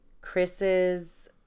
Chris's